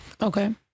okay